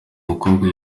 mukobwa